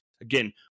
again